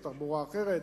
יש תחבורה אחרת.